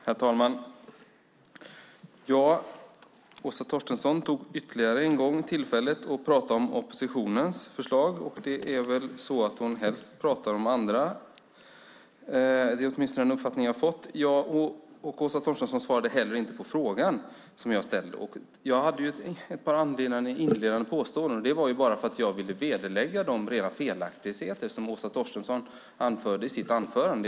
Herr talman! Ytterligare en gång grep Åsa Torstensson tillfället att prata om oppositionens förslag. Helst talar hon om andra; åtminstone är det den uppfattning jag fått. Inte heller har Åsa Torstensson svarat på den fråga som jag ställt. Med mina inledande påståenden ville jag vederlägga det felaktiga i Åsa Torstenssons anförande.